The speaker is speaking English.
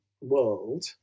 world